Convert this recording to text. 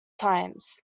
times